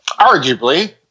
Arguably